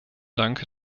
dank